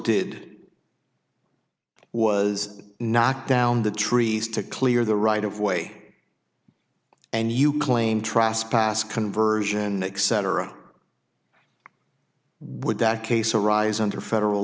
did was knock down the trees to clear the right of way and you claim trust pass conversion x cetera would that case arise under federal